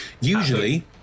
Usually